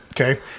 okay